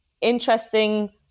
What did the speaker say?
interesting